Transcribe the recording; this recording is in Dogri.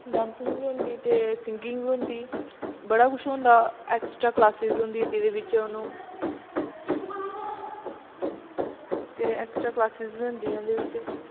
डांसिंग बी होंदी ते सिंगिंग बी होंदी बड़ा कुछ होंदा ऐक्स्ट्रा क्लासिस होंदियां जेह्दे बिच्च उनूं ते ऐक्सट्रा क्लासिस बी होंदियां ओह्दे बिच्च